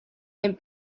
and